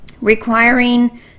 requiring